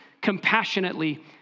compassionately